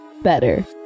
better